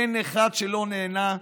אין אחד שלא נהנה,